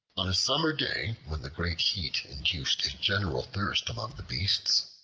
on a summer day, when the great heat induced a general thirst among the beasts,